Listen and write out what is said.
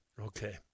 Okay